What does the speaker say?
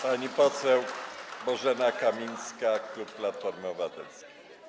Pani poseł Bożena Kamińska, klub Platformy Obywatelskiej.